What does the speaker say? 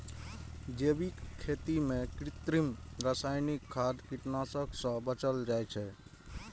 जैविक खेती मे कृत्रिम, रासायनिक खाद, कीटनाशक सं बचल जाइ छै